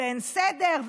ואין סדר,